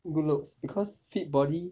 good looks because fit body